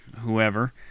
whoever